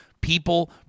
people